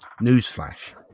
newsflash